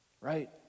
right